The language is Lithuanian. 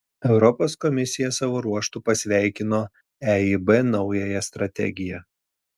europos komisija savo ruožtu pasveikino eib naująją strategiją